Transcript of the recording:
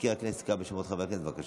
מזכיר הכנסת יקרא בשמות חברי הכנסת, בבקשה.